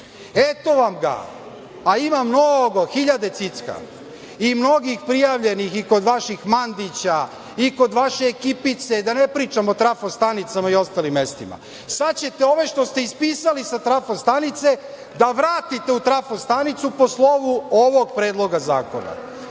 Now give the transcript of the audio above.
Eto vam ga, a ima mnogo, hiljade Cicka i mnogih prijavljenih i kod vaših Mandića i kod vaše ekipice, da ne pričam o trafo-stanicama i ostalim mestima. Sad ćete i ove što ste ispisali sa trafo-stanice da vratite u trafo-stanicu po slovu ovog predloga zakona.